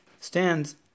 stands